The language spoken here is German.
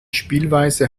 spielweise